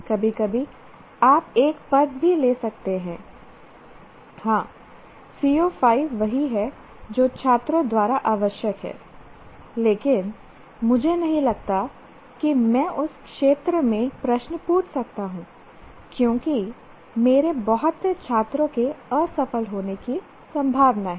कभी कभी आप एक पद भी ले सकते हैं हां CO5 वही है जो छात्रों द्वारा आवश्यक है लेकिन मुझे नहीं लगता कि मैं उस क्षेत्र में प्रश्न पूछ सकता हूं क्योंकि मेरे बहुत से छात्रों के असफल होने की संभावना है